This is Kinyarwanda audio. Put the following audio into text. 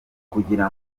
kugira